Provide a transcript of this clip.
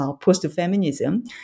post-feminism